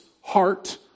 heart